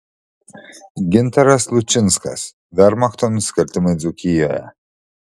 gintaras lučinskas vermachto nusikaltimai dzūkijoje